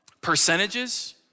percentages